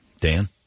Dan